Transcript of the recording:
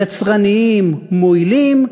יצרניים, מועילים.